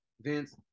vince